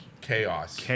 chaos